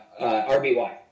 RBY